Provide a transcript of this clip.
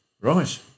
Right